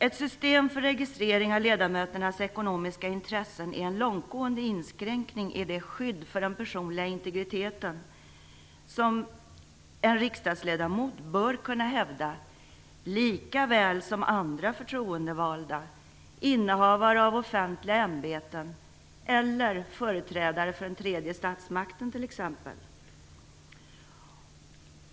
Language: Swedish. Ett system för registrering av ledamöternas ekonomiska intressen är en långtgående inskränkning i det skydd för den personliga integriteten som en riksdagsledamot bör kunna hävda, lika väl som andra förtroendevalda, innehavare av offentliga ämbeten eller företrädare för den tredje statsmakten.